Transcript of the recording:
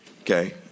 Okay